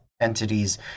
entities